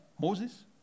Moses